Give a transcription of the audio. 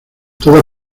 toda